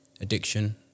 addiction